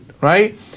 Right